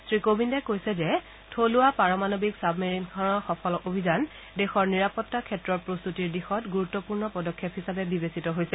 শ্ৰীকোৱিন্দে কৈছে যে থলুৱা পাৰমাণৱিক চাবমেৰিনখনৰ সফল অভিযান দেশৰ নিৰাপত্তা ক্ষেত্ৰৰ প্ৰস্তুতি দিশত গুৰুত্পূৰ্ণ পদক্ষেপ হিচাপে বিবেচিত হৈছে